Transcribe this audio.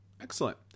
Excellent